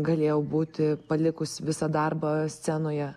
galėjau būti palikus visą darbą scenoje